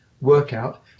workout